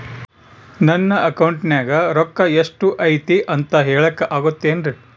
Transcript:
ನನ್ನ ಅಕೌಂಟಿನ್ಯಾಗ ರೊಕ್ಕ ಎಷ್ಟು ಐತಿ ಅಂತ ಹೇಳಕ ಆಗುತ್ತೆನ್ರಿ?